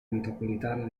metropolitana